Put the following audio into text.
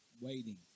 waiting